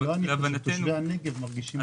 להבנתנו --- נראה שתושבי הנגב מרגישים